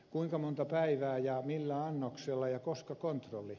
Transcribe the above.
kuinka monta päivää ja millä annoksella ja koska kontrolli